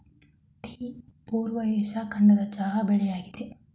tea ಪೂರ್ವ Asia ಖಂಡದ ಚಹಾ ಬೆಳೆಯಾಗಿದೆ